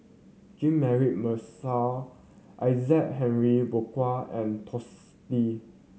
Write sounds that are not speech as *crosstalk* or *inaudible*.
Jean Mary Marshall Isaac Henry *unintelligible* and Twisstii